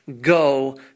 go